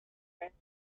francis